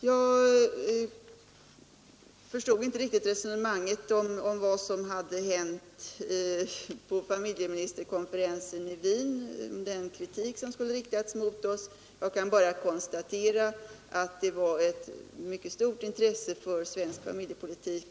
Jag förstod inte riktigt resonemanget om vad som hade hänt på familjeministerkonferensen i Wien och vilken kritik som där skulle ha riktats mot oss. Jag kan bara konstatera att där visades ett mycket stort intresse för svensk familjepolitik.